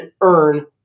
earn